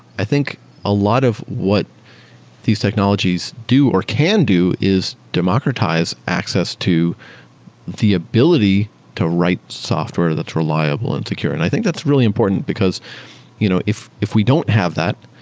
i think a lot of what these technologies do or can do is democratize access to the ability to write software that's reliable and secure. and i think that's really important, because you know if if we don't have that,